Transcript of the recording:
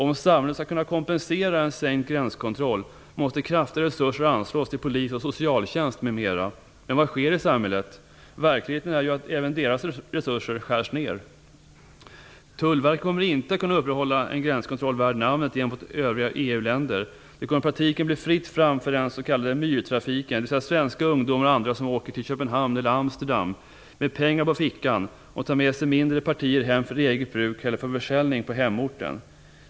Om samhället skall kunna kompensera en sänkt gränskontroll måste kraftigare resurser anslås till polis och socialtjänst m.m. än vad som sker i dag. Verkligheten är ju att även deras resurser skärs ner. Tullverket kommer inte att kunna upprätthålla en gränskontroll värd namnet gentemot övriga EU länder. Det kommer i praktiken att bli fritt fram för den s.k. myrtrafiken, dvs. svenska ungdomar och andra som åker till Köpenhamn eller Amsterdam med pengar på fickan och tar med sig mindre partier hem för eget bruk eller för försäljning på hemorten.